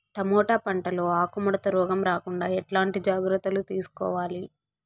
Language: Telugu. టమోటా పంట లో ఆకు ముడత రోగం రాకుండా ఎట్లాంటి జాగ్రత్తలు తీసుకోవాలి?